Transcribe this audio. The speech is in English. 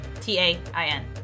T-A-I-N